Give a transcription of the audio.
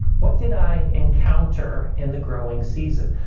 what did i encounter in the growing season?